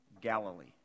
Galilee